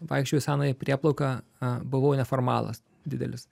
vaikščiojau į senąją prieplauką buvau neformalas didelis